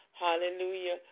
Hallelujah